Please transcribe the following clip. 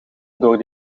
door